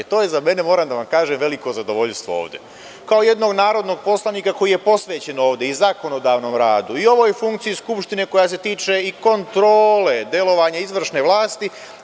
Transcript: To je za mene, moram da vam kažem, veliko zadovoljstvo ovde kao jednog narodnog poslanica koji je posvećen ovde i zakonodavnom radu, i ovoj funkciji Skupštine koja se tiče i kontrole delovanja izvršne vlasti.